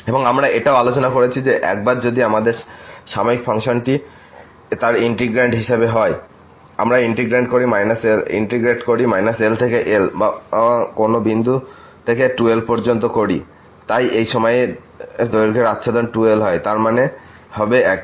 এবং আমরা এটাও আলোচনা করেছি যে একবার যদি আমাদের সাময়িক ফাংশনটি তার ইন্টিগ্র্যান্ড হিসাবে হয় আমরা ইন্টিগ্রেট করি l থেকে l বা কোন বিন্দু থেকে 2l পর্যন্ত করি তাই এই সময়ের দৈর্ঘ্যের আচ্ছাদন 2l হয় তাই মান হবে একই